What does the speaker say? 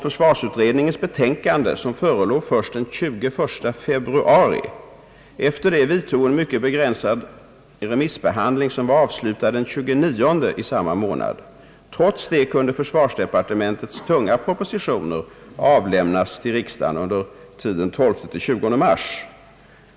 Försvarsutredningens betänkande förelåg först den 21 februari. Därefter vidtog en mycket begränsad remissbehandling, som var avslutad den 29 i samma månad. Trots detta kunde försvarsdepartementets »tunga» propositioner avlämnas till riksdagen under tiden 12—20 mars.